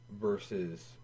versus